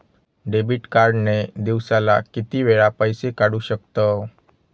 Debit card ने दिवसाला किती वेळा पैसे काढू शकतव?